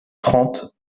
trente